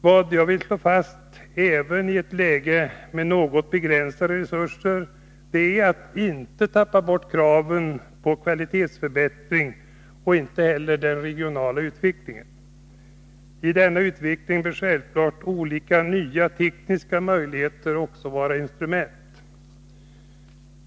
Vad jag vill slå fast är att man, även i ett läge med något begränsade resurser, inte får tappa bort kraven på kvalitetsförbättring och inte heller den regionala utvecklingen. I denna utveckling bör självfallet olika nya tekniska möjligheter också vara instrument.